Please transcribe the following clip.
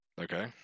Okay